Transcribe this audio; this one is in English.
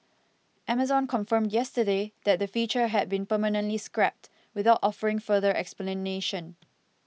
amazon confirmed yesterday that the feature had been permanently scrapped without offering further explanation